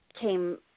Came